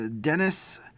Dennis